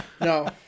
No